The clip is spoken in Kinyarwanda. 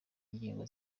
ngingo